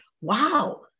Wow